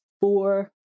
four